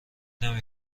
نمی